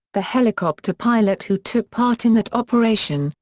the helicopter pilot who took part in that operation,